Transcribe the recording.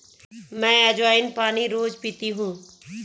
मैं अज्वाइन पानी रोज़ पीती हूँ